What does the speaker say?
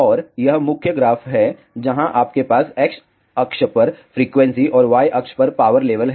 और यह मुख्य ग्राफ है जहां आपके पास X अक्ष पर फ्रीक्वेंसी और Y अक्ष पर पावर लेवल है